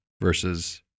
versus